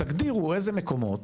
תגדירו איזה מקומות.